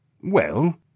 Well